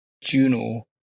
juno